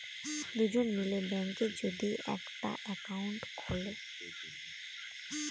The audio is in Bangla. দুজন মিলে ব্যাঙ্কে যদি একটা একাউন্ট খুলে